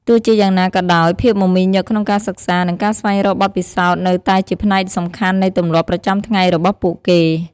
ទោះជាយ៉ាងណាក៏ដោយ ភាពមមាញឹកក្នុងការសិក្សា និងការស្វែងរកបទពិសោធន៍នៅតែជាផ្នែកសំខាន់នៃទម្លាប់ប្រចាំថ្ងៃរបស់ពួកគេ។